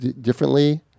differently